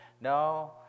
No